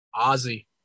Ozzy